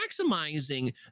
maximizing